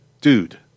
dude